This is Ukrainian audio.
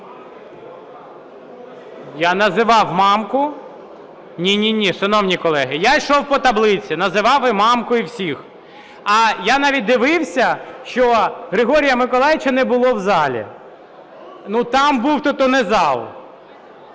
Я називав Мамку. Ні. Ні. Шановні колеги, я ішов по таблиці. Називав і Мамку і всіх. Я навіть дивився, що Григорія Миколайовича не було в залі. Ну там був, так то не зал.